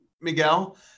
Miguel